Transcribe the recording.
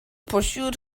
pursued